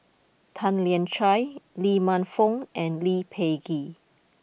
Tan Lian Chye Lee Man Fong and Lee Peh Gee